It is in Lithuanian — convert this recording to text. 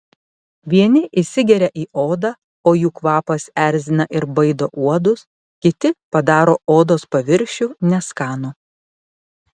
vieni įsigeria į odą o jų kvapas erzina ir baido uodus kiti padaro odos paviršių neskanų